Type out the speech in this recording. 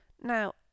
Now